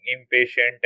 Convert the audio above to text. impatient